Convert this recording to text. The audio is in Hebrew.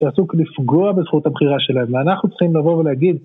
שעסוק לפגוע בזכות הבחירה שלהם, ואנחנו צריכים לבוא ולהגיד...